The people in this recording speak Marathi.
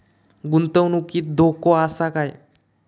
गुंतवणुकीत धोको आसा काय?